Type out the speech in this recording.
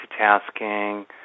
multitasking